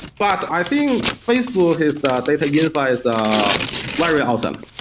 but i think facebook is that data unify is um very awesome.